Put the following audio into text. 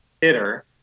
hitter